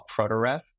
Protoref